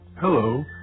Hello